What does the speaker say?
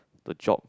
the job